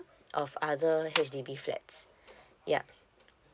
of other H_D_B flat yup